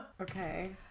Okay